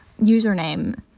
username